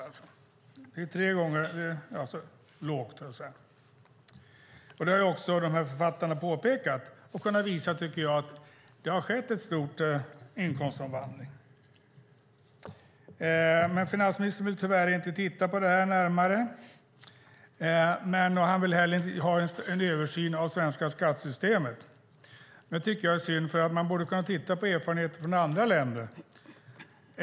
Författarna har påpekat detta och kunnat visa att det har skett en stor inkomstomvandling. Finansministern vill tyvärr inte titta närmare på det här, och han vill heller inte ha en översyn av det svenska skattesystemet. Jag tycker att det är synd, för man borde kunna titta på erfarenheter från andra länder.